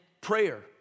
prayer